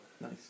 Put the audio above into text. Nice